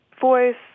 voice